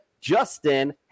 Justin